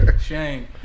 Shame